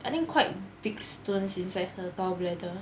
I think quite big stones inside her gallbladder